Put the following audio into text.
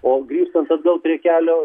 o grįžtant atgal prie kelio